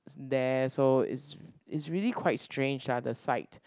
there so is is really quite strange ah the side